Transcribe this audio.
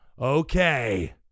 okay